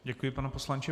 Děkuji, pane poslanče.